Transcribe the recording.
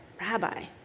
Rabbi